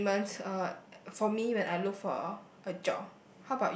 elements uh for me when I look for a job